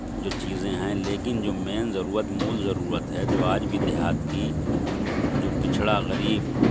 جو چیزیں ہیں لیکن جو مین ضرورت مول ضرورت ہے جو آج بھی دیہات کی جو پچھڑا غریب